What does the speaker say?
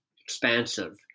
expansive